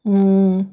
mmhmm